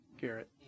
Garrett